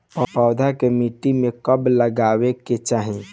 पौधा के मिट्टी में कब लगावे के चाहि?